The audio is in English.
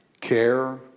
care